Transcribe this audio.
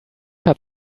hat